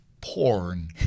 Porn